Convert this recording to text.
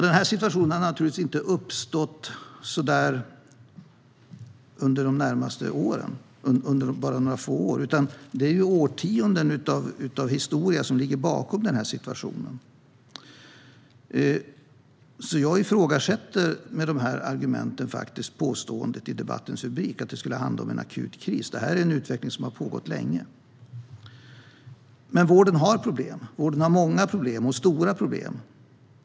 Den här situationen har naturligtvis inte uppstått under bara några få år, utan det är årtionden av historia som ligger bakom. Jag ifrågasätter därför påståendet att det skulle handla om en akut kris. Det här är en utveckling som har pågått länge. Vården har dock många och stora problem.